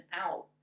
out